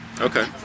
Okay